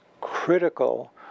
critical